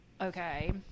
okay